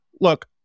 Look